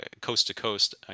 coast-to-coast